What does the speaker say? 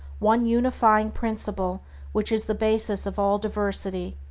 one unifying principle which is the basis of all diversity,